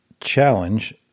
challenge